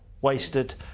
wasted